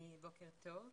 בוקר טוב.